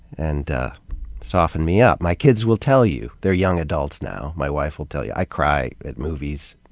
and ah softened me up. my kids will tell you they're young adults now. my wife'll tell you. i cry at movies,